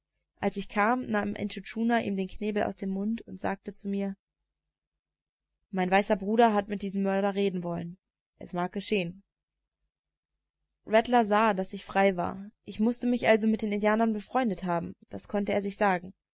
als ich kam nahm intschu tschuna ihm den knebel aus dem mund und sagte zu mir mein weißer bruder hat mit diesem mörder reden wollen es mag geschehen rattler sah daß ich frei war ich mußte mich also mit den indianern befreundet haben das konnte er sich sagen